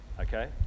okay